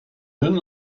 dun